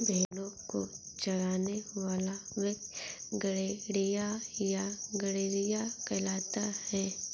भेंड़ों को चराने वाला व्यक्ति गड़ेड़िया या गरेड़िया कहलाता है